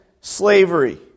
slavery